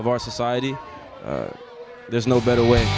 of our society there's no better way